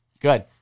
good